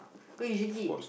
cause usually the